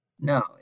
no